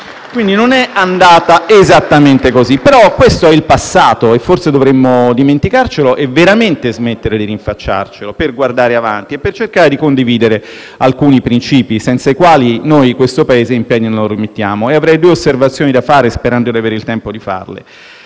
Quindi, non è andata esattamente così, però questo è il passato e forse dovremmo dimenticarcelo e veramente smettere di rinfacciarcelo, per guardare avanti e per cercare di condividere alcuni principi, senza i quali non riusciremo a rimettere in piedi questo Paese. Avrei due osservazioni da fare, sperando di avere il tempo.